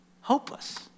hopeless